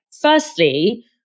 firstly